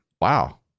wow